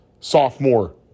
sophomore